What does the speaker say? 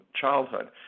childhood